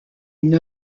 une